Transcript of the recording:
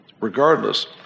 Regardless